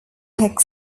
hicks